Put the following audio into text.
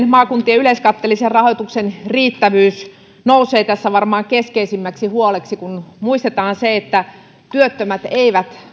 maakuntien yleiskatteellisen rahoituksen riittävyys nousee tässä varmaan keskeisimmäksi huoleksi muistetaan se että työttömät eivät